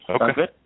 Okay